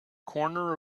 corner